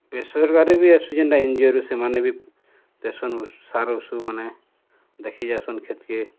ବେସରକାରୀ ବି ଆସୁଛେ ଯେନ୍ତା ଏନ୍ଜିଓରୁ ସେମାନେ ବି ଦେସନ୍ ସାର୍ ଉଷୋମାନେ ଦେଖି ଯାଏସନ୍ କ୍ଷେତ୍କେ